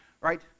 right